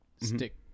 stick